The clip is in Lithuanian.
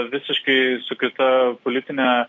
visiškai su kita politine